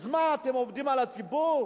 אז מה, אתם עובדים על הציבור?